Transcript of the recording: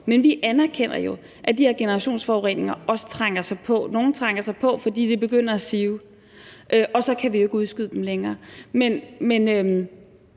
Men vi anerkender jo, at de her generationsforureninger også trænger sig på. Nogle trænger sig på, fordi det begynder at sive ud, og så kan vi jo ikke udskyde det længere. Men